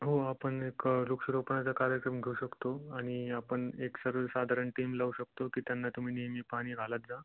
हो आपण एक वृक्षारोपणाचा कार्यक्रम घेऊ शकतो आणि आपण एक सर्व साधारण टीम लावू शकतो की त्यांना तुम्ही नेहमी पाणी घालत जा